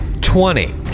Twenty